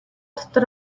дотор